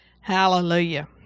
Hallelujah